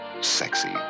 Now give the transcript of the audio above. sexy